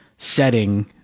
setting